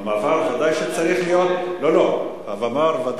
המעבר ודאי שצריך להיות, לכן, אני שואל.